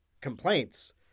complaints